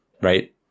Right